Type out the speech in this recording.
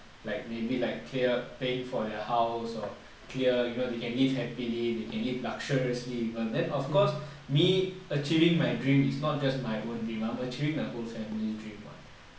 like maybe like clear paying for their house or clear you know they can live happily they can leave luxuriously but then of course me achieving my dream is not just my own dream I'm achieving my whole family dream [what]